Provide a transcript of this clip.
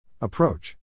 Approach